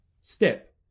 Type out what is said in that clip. step